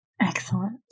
Excellent